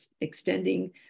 extending